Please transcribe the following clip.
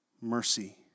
mercy